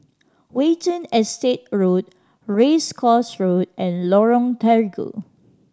Watten Estate Road Race Course Road and Lorong Terigu